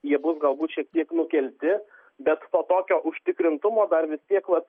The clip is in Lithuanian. jie bus galbūt šiek tiek nukelti bet to tokio užtikrintumo dar vis tiek vat